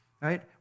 right